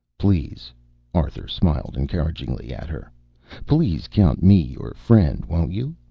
please arthur smiled encouragingly at her please count me your friend, won't you?